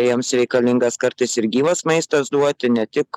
jiems reikalingas kartais ir gyvas maistas duoti ne tik